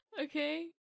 Okay